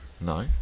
No